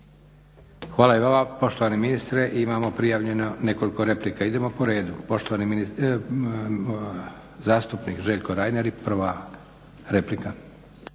Hvala i vama poštovani ministre. Imamo prijavljeno nekoliko replika. Idemo po redu. Poštovani zastupnik Željko Reiner i prva replika.